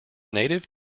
native